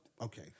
Okay